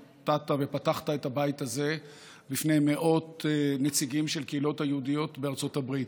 שפתחת את הבית הזה בפני מאות נציגים של הקהילות היהודיות בארצות הברית.